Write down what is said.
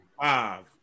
Five